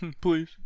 Please